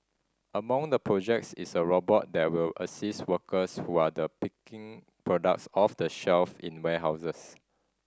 among the projects is a robot that will assist workers who are the picking products off the shelf in warehouses